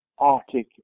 arctic